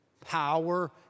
power